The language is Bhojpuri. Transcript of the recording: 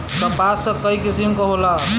कपास क कई किसिम क होला